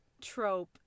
trope